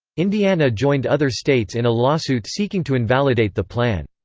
indiana joined other states in a lawsuit seeking to invalidate the plan.